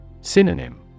Synonym